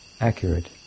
accurate